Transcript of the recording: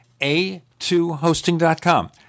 A2hosting.com